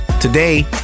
today